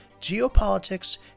geopolitics